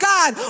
God